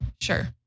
Sure